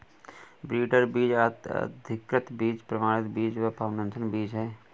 breeder बीज, अधिकृत बीज, प्रमाणित बीज व फाउंडेशन बीज है